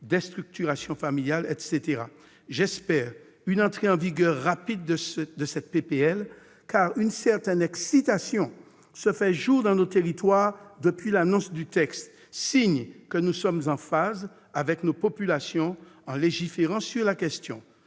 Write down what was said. J'espère une entrée en vigueur rapide de cette proposition de loi, car une certaine excitation se fait jour dans nos territoires depuis l'annonce du texte, signe que nous sommes en phase avec nos populations en légiférant sur la question.